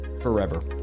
forever